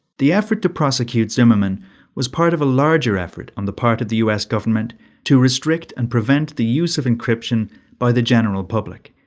the effort to prosecute zimmermann was part of a larger effort on the part of the us government to restrict and prevent the use of encryption by the general public,